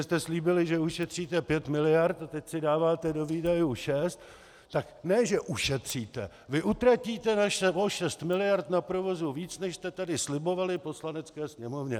Jestliže jste slíbili, že ušetříte pět miliard, a teď si dáváte do výdajů šest, tak ne že ušetříte vy utratíte ještě o šest miliard na provozu víc, než jste tady slibovali Poslanecké sněmovně.